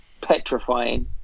petrifying